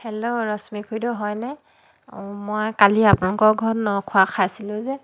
hello Rashmi খুৰিদেউ হয়নে অঁ মই কালি আপোনালোকৰ ঘৰত ন খোৱা খাইছিলোঁ যে